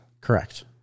Correct